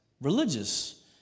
religious